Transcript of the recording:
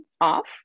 off